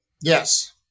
Yes